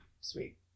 Sweet